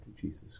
Jesus